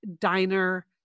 Diner